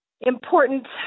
important